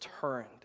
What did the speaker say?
turned